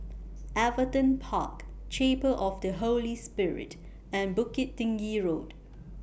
Everton Park Chapel of The Holy Spirit and Bukit Tinggi Road